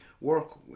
work